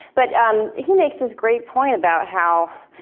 but, um he makes this great point about how